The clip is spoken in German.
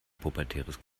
pubertäres